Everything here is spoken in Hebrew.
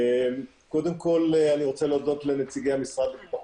קודם כל אני רוצה להודות לנציגי המשרד לביטחון